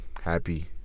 happy